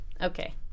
Okay